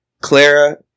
Clara